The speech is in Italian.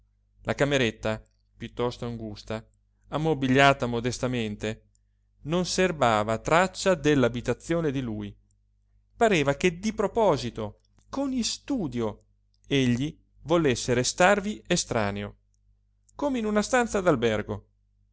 la cameretta piuttosto angusta ammobigliata modestamente non serbava traccia della abitazione di lui pareva che di proposito con istudio egli volesse restarvi estraneo come in una stanza